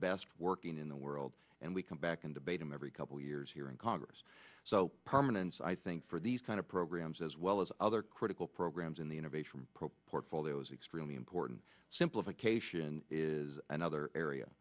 best working in the world and we come back and debate them every couple years here in congress so permanence i think for these kind of programs as well as other critical programs in the innovation portfolio is extremely important simplification is another area